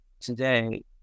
today